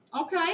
Okay